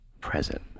present